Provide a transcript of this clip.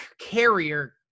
carrier